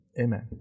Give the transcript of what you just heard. amen